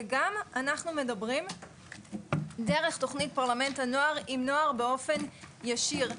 וגם אנחנו מדברים דרך תוכנית פרלמנט הנוער עם נוער באופן ישיר.